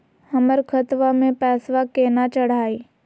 हमर खतवा मे पैसवा केना चढाई?